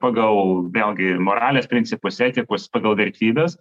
pagal vėlgi moralės principus etikos pagal vertybes